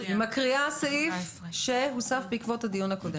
היא מקריאה סעיף שהוסף בעקבות הדיון הקודם.